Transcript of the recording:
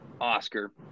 Oscar